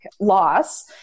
loss